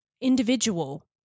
individual